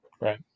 Right